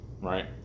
right